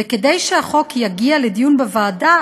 וכדי שהחוק יגיע לדיון בוועדה,